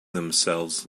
themselves